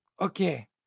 Okay